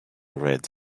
read